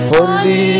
Holy